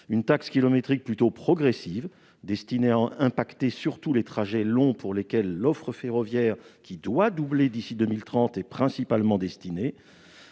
une taxe kilométrique plutôt progressive, destinée surtout à avoir un impact sur les trajets longs, pour lesquels l'offre ferroviaire, qui doit doubler d'ici à 2030, est principalement destinée.